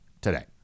today